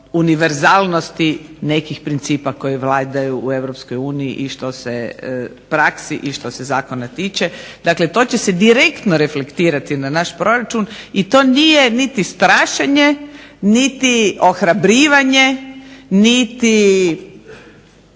univerzalnosti nekih principa koji vladaju u Europskoj uniji i što se prakse i što se zakona tiče. Dakle, to će se direktno reflektirati na naš proračun i to nije niti strašenje, niti ohrabrivanje, niti